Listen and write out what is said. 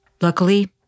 Luckily